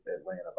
Atlanta